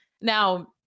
Now